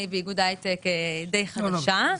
אני באיגוד ההייטק די חדשה.